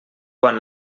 quan